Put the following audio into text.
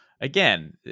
Again